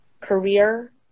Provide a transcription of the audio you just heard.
career